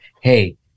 hey